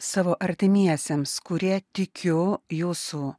savo artimiesiems kurie tikiu jūsų